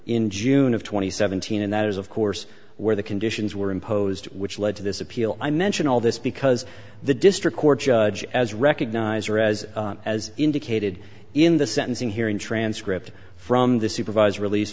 and seventeen and that is of course where the conditions were imposed which led to this appeal i mention all this because the district court judge as recognize or as as indicated in the sentencing hearing transcript from the supervised release